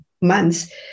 months